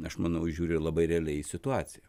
aš manau žiūri labai realiai į situaciją